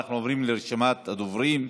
אנחנו עוברים לרשימת הדוברים.